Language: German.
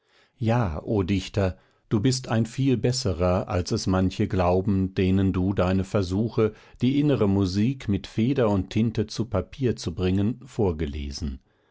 ja o dichter du bist ein viel besserer als es manche glauben denen du deine versuche die innere musik mit feder und tinte zu papier zu bringen vorgelesen